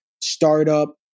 startup